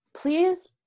please